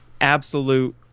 absolute